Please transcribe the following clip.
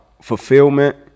fulfillment